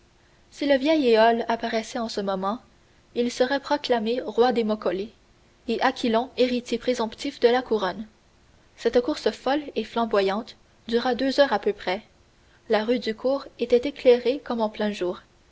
si le vieil éole apparaissait en ce moment il serait proclamé roi des moccoli et aquilon héritier présomptif de la couronne cette course folle et flamboyante dura deux heures à peu près la rue du cours était éclairée comme en plein jour